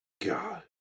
God